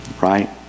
right